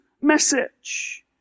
message